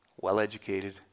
well-educated